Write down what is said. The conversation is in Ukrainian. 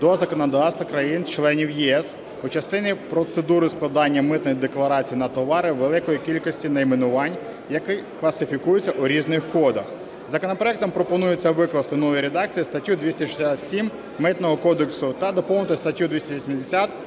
до законодавства країн - членів ЄС у частині процедури складання митних декларацій на товари великої кількості найменувань, які класифікуються у різних кодах. Законопроектом пропонується викласти у новій редакції статтю 267 Митного кодексу та доповнити статтю 280